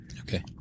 Okay